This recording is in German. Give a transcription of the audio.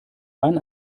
dann